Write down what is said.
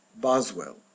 Boswell